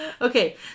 Okay